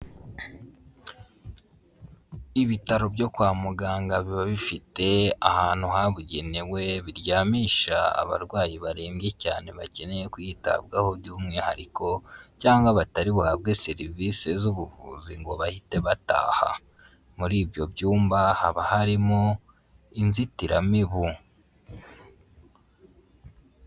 Ibitaro byo kwa muganga biba bifite ahantu habugenewe biryamisha abarwayi barembye cyane bakeneye kwitabwaho by'umwihariko cyangwa batari buhabwe serivisi z'ubuvuzi ngo bahite bataha muri ibyo byumba haba harimo inzitiramibu.